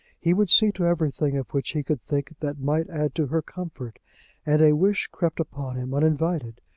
he would see to everything of which he could think that might add to her comfort and a wish crept upon him, uninvited,